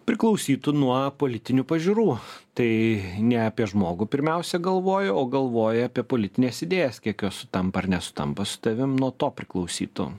priklausytų nuo politinių pažiūrų tai ne apie žmogų pirmiausia galvoju o galvoju apie politines idėjas kiek jos sutampa ar nesutampa su tavim nuo to priklausytų